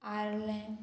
आर्लें